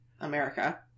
America